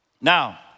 Now